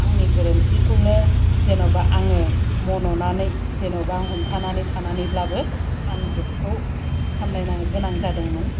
आंनि गोरोन्थिखौनो जेनेबा आङो मन'नानै जेनेबा हमथानानै थानानैब्लाबो आं ग्रुपखौ सामलायनो गोनां जादोंमोन